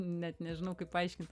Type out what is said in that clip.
net nežinau kaip paaiškint